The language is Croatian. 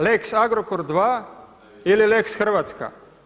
Lex Agrokor dva ili lex Hrvatska?